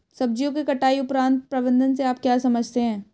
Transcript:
सब्जियों के कटाई उपरांत प्रबंधन से आप क्या समझते हैं?